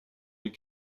les